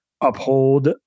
uphold